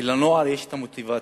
כי לנוער יש מוטיבציה.